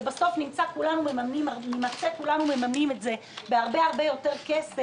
ובסוף נימצא כולנו מממנים את זה בהרבה יותר כסף,